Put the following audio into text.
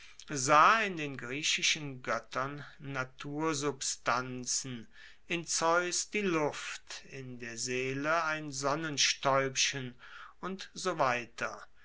in den griechischen goettern natursubstanzen in zeus die luft in der seele ein sonnenstaeubchen und so weiter